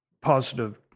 positive